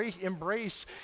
embrace